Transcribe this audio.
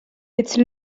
its